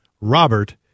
Robert